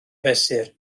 fesur